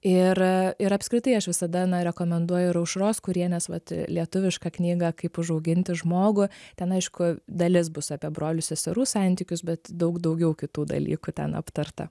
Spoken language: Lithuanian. ir ir apskritai aš visada na rekomenduoju ir aušros kurienės vat lietuvišką knygą kaip užauginti žmogų ten aišku dalis bus apie brolių seserų santykius bet daug daugiau kitų dalykų ten aptarta